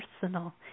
personal